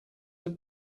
have